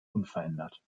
unverändert